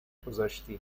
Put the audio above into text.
گذاشتی